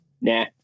Nah